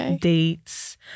dates